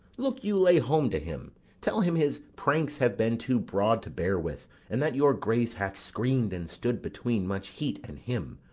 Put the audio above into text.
look you lay home to him tell him his pranks have been too broad to bear with, and that your grace hath screen'd and stood between much heat and him.